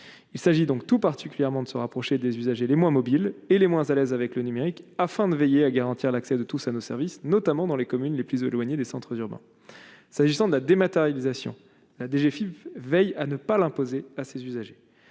il s'agit donc tout particulièrement de se rapprocher des usagers les moins mobiles et les moins à l'aise avec le numérique, afin de veiller à garantir l'accès de tous à nos services, notamment dans les communes les plus éloignées des centres urbains, s'agissant de la dématérialisation la DGFIP veillent à ne pas l'imposer à ses usagers